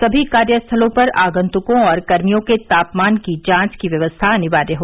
सभी कार्यस्थलों पर आगंतुकों और कर्मियों के तापमान की जांच की व्यवस्था अनिवार्य है